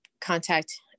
contact